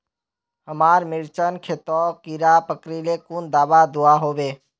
हमार मिर्चन खेतोत कीड़ा पकरिले कुन दाबा दुआहोबे?